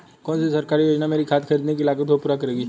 कौन सी सरकारी योजना मेरी खाद खरीदने की लागत को पूरा करेगी?